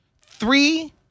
three